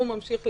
הוא ממשיך,